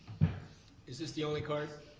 is this the only card?